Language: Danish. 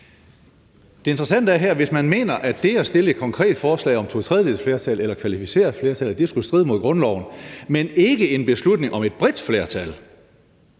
Det interessante er her, hvis man mener, at det at stille et konkret forslag om to tredjedeles flertal eller kvalificeret flertal skulle stride mod grundloven, men ikke mener, at det gælder en beslutning om et bredt flertal.